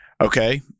Okay